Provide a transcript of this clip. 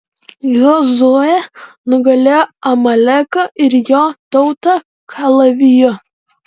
jozuė nugalėjo amaleką ir jo tautą kalaviju